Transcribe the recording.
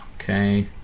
okay